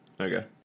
okay